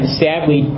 sadly